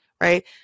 Right